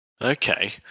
Okay